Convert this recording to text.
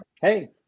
Hey